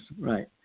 right